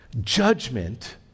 judgment